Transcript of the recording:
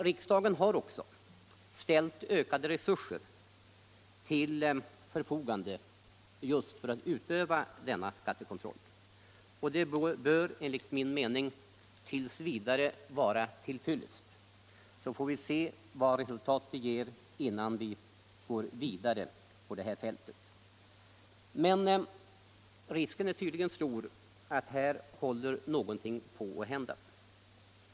Riksdagen har också ställt ökade resurser till förfogande just för att man skall kunna utöva denna skattekontroll, och det bör enligt min mening t. v. vara till fyllest. Låt oss först se vilket resultat detta ger innan vi går vidare på det här fältet. Men risken är tydligen stor för att någonting håller på att hända.